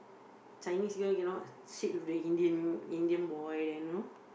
Chinese girl cannot sit with the Indian Indian boy there know